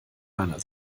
meiner